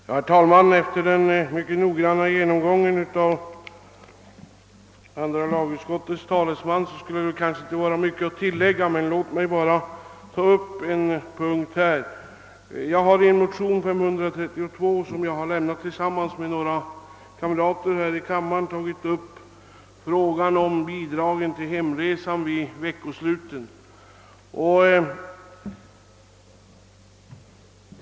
Herr talman! Efter den mycket noggranna genomgången av andra lagutskottets talesman skulle det kanske inte vara mycket att tillägga. Låt mig bara stanna vid en punkt. Jag har i motion II: 532, som jag lämnat tillsammans med några andra riksdagsledamöter, tagit upp frågan om bidragen till hemresa vid veckosluten.